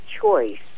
choice